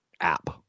app